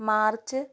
March